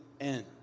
end